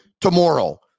tomorrow